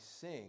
sing